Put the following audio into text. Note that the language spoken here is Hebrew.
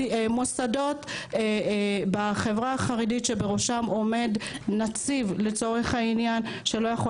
במוסדות בחברה החרדית שבראשם עומד נציב שלא יכול